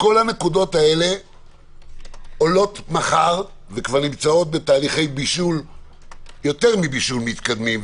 כולן עולות מחר וכבר נמצאות בתהליכי יותר מבישול מתקדמים,